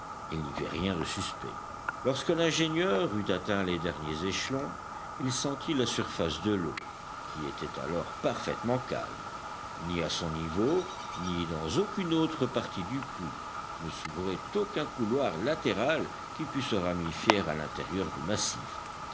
il n'y vit rien de suspect lorsque l'ingénieur eut atteint les derniers échelons il sentit la surface de l'eau qui était alors parfaitement calme ni à son niveau ni dans aucune autre partie du puits ne s'ouvrait aucun couloir latéral qui pût se ramifier à l'intérieur du massif